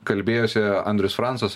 kalbėjosi andrius francas